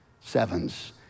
sevens